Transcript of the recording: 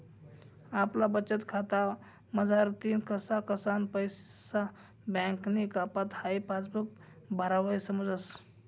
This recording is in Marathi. आपला बचतखाता मझारतीन कसा कसाना पैसा बँकनी कापात हाई पासबुक भरावर समजस